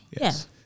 Yes